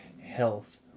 health